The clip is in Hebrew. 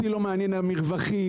אותי לא מעניין המרווחים,